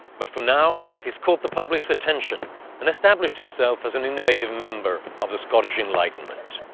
but for now, he's caught the public's attention and established himself as an innovative member of the scottish enlightenment.